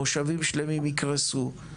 מושבים שלמים יקרסו,